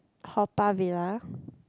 Haw-Par-Villa